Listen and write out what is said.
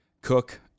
Cook